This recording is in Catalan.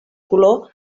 color